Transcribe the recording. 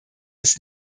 ist